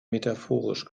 metaphorisch